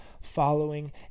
following